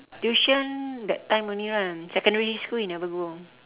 tuition that time only lah secondary school you never go